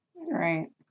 Right